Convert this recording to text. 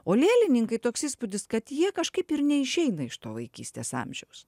o lėlininkai toks įspūdis kad jie kažkaip ir neišeina iš to vaikystės amžiaus